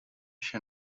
się